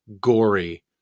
gory